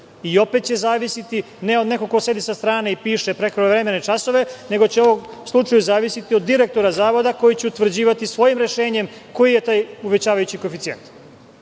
Opet će zavisiti, ne od nekog ko sedi sa strane i piše prekovremene časove, nego će u ovom slučaju zavisiti od direktora zavoda koji će utvrđivati svojim rešenjem koji je taj uvećavajući koeficijent.